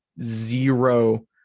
zero